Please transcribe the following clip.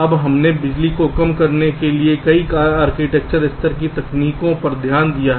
अब हमने बिजली को कम करने के लिए कई आर्किटेक्चर स्तर की तकनीकों पर ध्यान दिया है